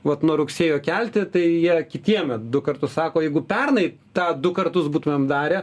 vat nuo rugsėjo kelti tai jie kitiem du kartus sako jeigu pernai tą du kartus būtumėm darę